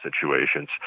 situations